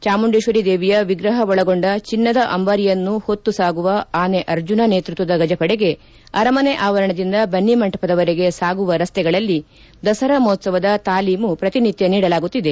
ಚಾಮುಂಡೇಶ್ವರಿ ದೇವಿಯ ವಿಗ್ರಹ ಒಳಗೊಂಡ ಚಿನ್ನದ ಅಂಬಾರಿಯನ್ನು ಹೊತ್ತು ಸಾಗುವ ಆನೆ ಅರ್ಜುನ ನೇತೃತ್ವದ ಗಜಪಡೆಗೆ ಅರಮನೆ ಆವರಣದಿಂದ ಬನ್ನಿಮಂಟಪದವರೆಗೆ ಸಾಗುವ ರಸ್ತೆಗಳಲ್ಲಿ ದಸರಾ ಮಹೋತ್ಸವದ ತಾಲೀಮು ಪ್ರತಿನಿತ್ಯ ನೀಡಲಾಗುತ್ತಿದೆ